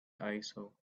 aisle